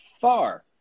far